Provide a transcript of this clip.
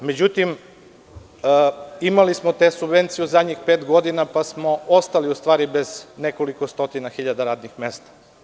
Imali smo te subvencije u zadnjih pet godina, pa smo ostali bez nekoliko stotina hiljada radnih mesta.